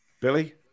Billy